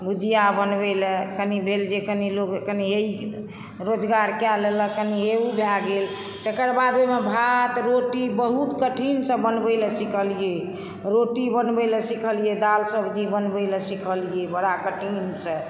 भुजिया बनबै लए कनी भेल जे कनी लोक रोज़गार कए लेलक कनी एहु भए गेल तेकर बाद ओहिमे भात रोटी बहुत कठिन सॅं बनबै लए सीखलियै रोटी बनबै लए सीखलियै दालि सब्ज़ी बनबै लए सीखलियै बड़ा कठिन सॅं